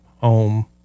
home